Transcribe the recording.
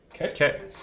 Okay